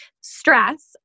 stress